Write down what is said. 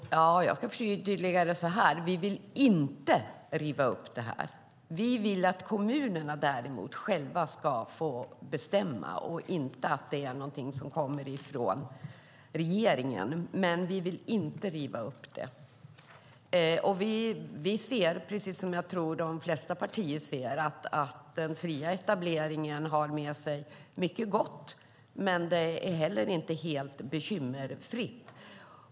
Herr talman! Jag ska förtydliga det så här: Vi vill inte riva upp detta. Däremot vill vi att kommunerna själva ska få bestämma. Det ska inte komma från regeringen. Men vi vill alltså inte riva upp det. Precis som de flesta partier, tror jag, ser vi att den fria etableringen för med sig mycket gott, men det är inte helt bekymmersfritt.